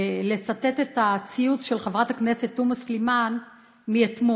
ולצטט את הציוץ של חברת הכנסת תומא סלימאן מאתמול: